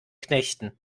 knechten